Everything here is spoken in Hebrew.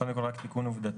קודם כל רק תיקון עובדתי.